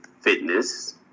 fitness